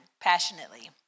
passionately